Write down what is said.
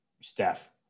Steph